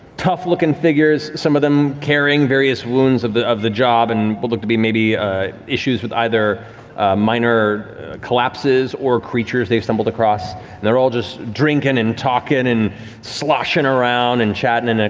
tough-looking figures, some of them carrying various wounds of the of the job and but look to be maybe issues with either miner collapses or creatures they've stumbled across and they're all just drinking and talking and sloshing around and chatting. there,